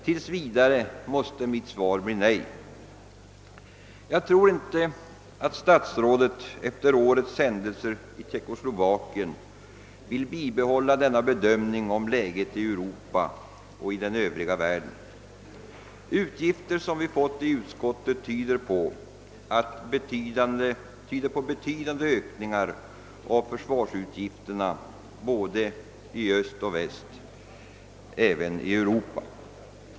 Tills vidare måste mitt svar bli nej.» Jag tror inte att statsrådet efter vad som sedan dess hänt i Tjeckoslovakien vill vidhålla denna bedömning om läget i Europa och den övriga världen. Uppgifter som vi fått i utskottet tyder på avsevärda ökningar av försvarsutgifterna både i öst och väst, även i Europa.